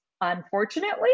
unfortunately